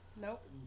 Nope